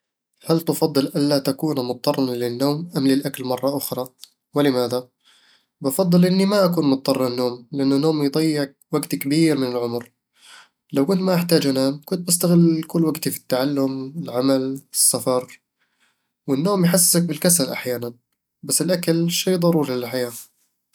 هل تفضل ألا تكون مضطرًا للنوم أم للأكل مرة أخرى؟ ولماذا؟ بفضّل أني ما أكون مضطر للنوم، لأن النوم يضيع وقت كبير من العمر لو كنت ما أحتاج أنام، كنت بستغل كل وقتي في التعلم، العمل، والسفر والنوم يحسسك بالكسل أحيانًا، بس الأكل شي ضروري للحياة